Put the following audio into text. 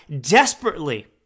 desperately